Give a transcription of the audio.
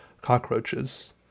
cockroaches